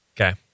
Okay